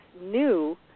new